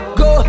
go